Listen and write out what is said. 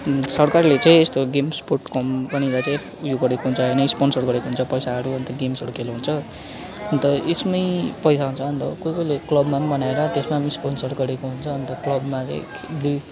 सरकारले चाहिँ यस्तो गेम्स् स्पोर्ट कम्पनीलाई चाहिँ ऊ यो गरेको हुन्छ स्पन्सर गरेको हुन्छ पैसाहरू अन्त गेम्सहरू खेलाउँछ अन्त यसमै पैसा हुन्छ अन्त कोही कोहीले कल्बमा पनि बनाएर त्यसमा पनि स्पन्सर गरेको हुन्छ अन्त कल्बमा चाहिँ खिइ दुई